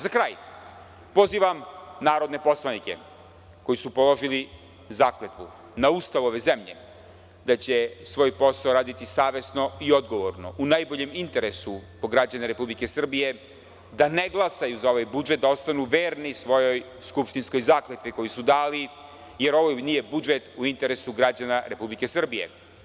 Za kraj, pozivam narodne poslanike, koji su položili zakletvu, na Ustav ove zemlje, da će svoj posao raditi savesno i odgovorno, u najboljem interesu građana Republike Srbije, da ne glasaju za ovaj budžet, da ostanu verni svojoj skupštinskoj zakletvi koju su dali, jer ovo nije budžet u interesu građana Republike Srbije.